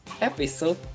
Episode